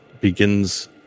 begins